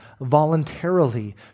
voluntarily